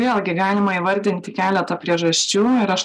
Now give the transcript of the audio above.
vėlgi galima įvardinti keletą priežasčių ir aš